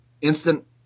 instant